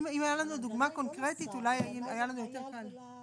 אם הייתה לנו דוגמא קונקרטית אולי היה לנו יותר קל.